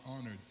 honored